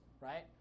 right